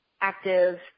active